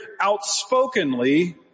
outspokenly